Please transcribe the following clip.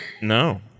No